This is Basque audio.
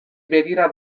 begira